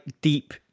deep